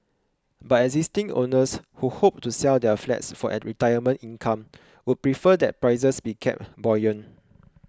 but existing owners who hope to sell their flats for retirement income would prefer that prices be kept buoyant